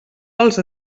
els